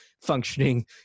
functioning